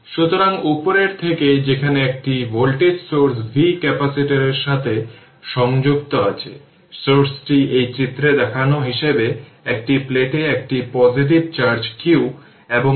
সুতরাং সেখানে সবকিছু দেওয়া আছে তাই আমি যদি সুইচটি ক্লোজ করার সময় সার্কিটের দিকে তাকাই তবে এটি ইকুইভ্যালেন্ট সার্কিট যা আমি এখানে করেছি